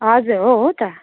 हजुर हो हो त